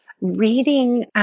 reading